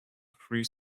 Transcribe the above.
free